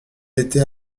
était